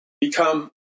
become